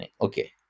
Okay